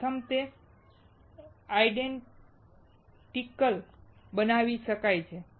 પ્રથમ તે આઇડેન્ટિકલ બનાવી શકાય છે